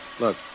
Look